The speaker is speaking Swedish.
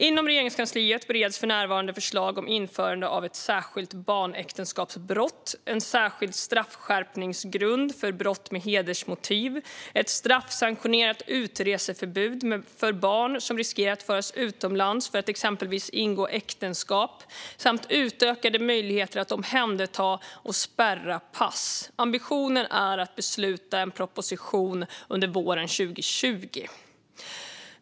Inom Regeringskansliet bereds för närvarande förslag om införande av ett särskilt barnäktenskapsbrott, en särskild straffskärpningsgrund för brott med hedersmotiv, ett straffsanktionerat utreseförbud för barn som riskerar att föras utomlands för att exempelvis ingå äktenskap samt utökade möjligheter att omhänderta och spärra pass. Ambitionen är att besluta om en proposition under våren 2020.